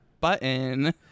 button